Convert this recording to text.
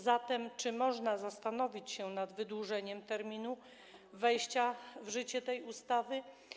Zatem czy można zastanowić się nad wydłużeniem terminu wejścia w życie tej ustawy?